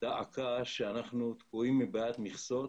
אבל אנחנו תקועים עם בעיית מכסות.